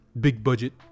big-budget